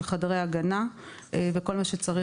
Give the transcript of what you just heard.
של חדרי הגנה וכל מה שצריך.